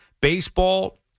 baseball